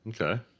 Okay